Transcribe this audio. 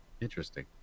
Interesting